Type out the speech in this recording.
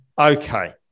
Okay